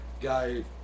guy